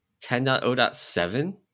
10.0.7